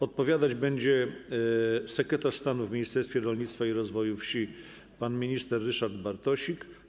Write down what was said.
Odpowiadać będzie sekretarz stanu w Ministerstwie Rolnictwa i Rozwoju Wsi pan minister Ryszard Bartosik.